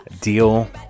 Deal